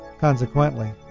Consequently